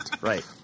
right